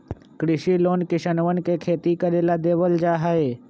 कृषि लोन किसनवन के खेती करे ला देवल जा हई